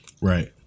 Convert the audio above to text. Right